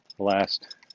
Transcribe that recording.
last